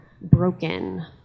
broken